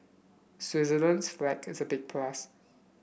Switzerland's flag is a big plus